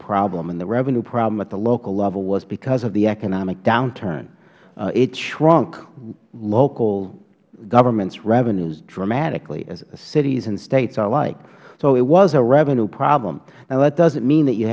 problem and the revenue problem at the local level was because of the economic downturn it shrunk local governments revenue dramatically cities and states alike so it was a revenue problem now that doesnt mean that you